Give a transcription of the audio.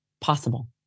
possible